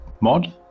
mod